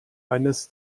eines